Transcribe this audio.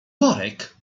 worek